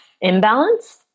imbalance